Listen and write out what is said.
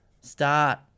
Start